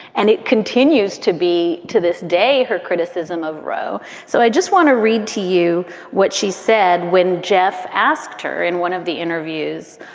and it continues to be to this day her criticism of roe. so i just want to read to you what she said when jeff asked her in one of the interviews